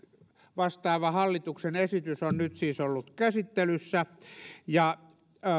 vastaava hallituksen esitys on nyt siis ollut käsittelyssä ja